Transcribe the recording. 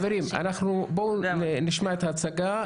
חברים, בואו נשמע את ההצגה.